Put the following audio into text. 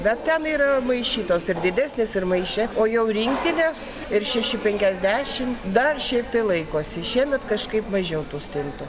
bet ten yra maišytos ir didesnės ir maiše o jau rinktinės ir šeši penkiasdešim dar šiaip tai laikosi šiemet kažkaip mažiau tų stintų